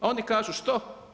A oni kažu što?